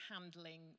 handling